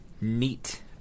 neat